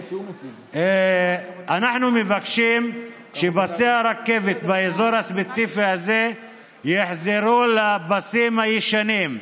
אנחנו מבקשים שפסי הרכבת באזור הספציפי הזה יחזרו לפסים הישנים.